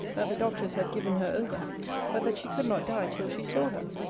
the doctors had given her over but that she could not die till she saw her.